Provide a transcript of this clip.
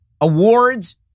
awards